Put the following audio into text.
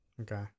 Okay